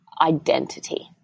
identity